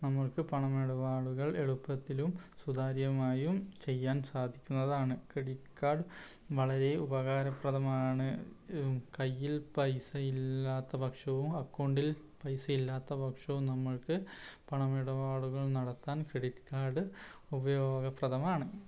നമ്മൾക്ക് പണമിടപാടുകൾ എളുപ്പത്തിലും സുതാര്യമായും ചെയ്യാൻ സാധിക്കുന്നതാണ് ക്രെഡിറ്റ് കാർഡ് വളരെ ഉപകാരപ്രദമാണ് കയ്യിൽ പൈസ ഇല്ലാത്ത പക്ഷവും അക്കൗണ്ടിൽ പൈസ ഇല്ലാത്ത പക്ഷവും നമ്മൾക്ക് പണമിടപാടുകൾ നടത്താൻ ക്രെഡിറ്റ് കാർഡ് ഉപയോഗപ്രദമാണ്